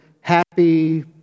happy